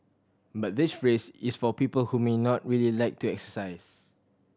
but this race is for people who may not really like to exercise